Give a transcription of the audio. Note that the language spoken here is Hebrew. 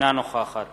אינה נוכחת